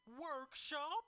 workshop